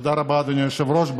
תודה רבה, אדוני היושב-ראש.